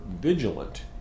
vigilant